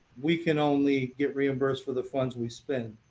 we can only get reimbursed for the funds we spent.